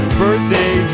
birthday